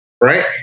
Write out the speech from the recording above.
right